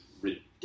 ridiculous